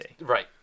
Right